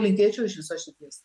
linkėčiau iš visos širdies